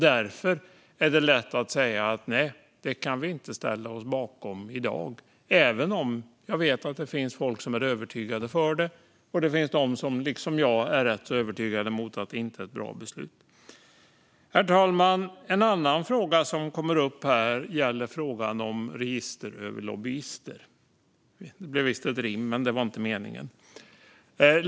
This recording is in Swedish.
Därför är det lätt att säga nej, det kan vi inte ställa oss bakom i dag - även om jag vet att det finns de som är övertygade för det och de som liksom jag är rätt övertygade om att det inte är ett bra beslut. Herr talman! En annan fråga som kommer upp här är den om register över lobbyister. Det blev visst ett rim, men det var inte meningen.